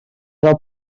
del